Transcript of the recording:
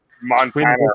Montana